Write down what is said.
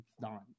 done